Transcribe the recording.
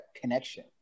connection